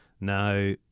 Now